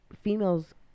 females